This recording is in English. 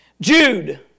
Jude